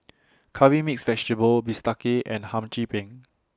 Curry Mixed Vegetable Bistake and Hum Chim Peng